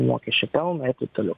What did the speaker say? mokesčių pelno ir taip toliau